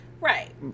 Right